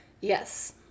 Yes